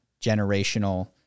generational